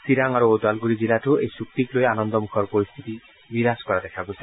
চিৰাং আৰু ওদালগুৰি জিলাতো এই চুক্তিকলৈ আনন্দমুখৰ পৰিস্থিতি বিৰাজ কৰা দেখা গৈছে